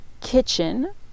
kitchen